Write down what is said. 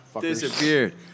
Disappeared